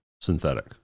synthetic